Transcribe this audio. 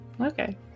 Okay